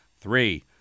three